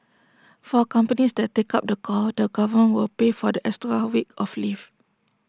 for companies that take up the call the government will pay for the extra week of leave